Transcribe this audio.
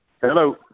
Hello